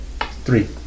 Three